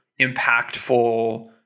impactful